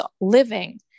living